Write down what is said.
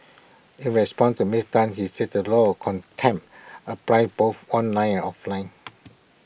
in response to miss Tan he said the law of contempt applied both online and offline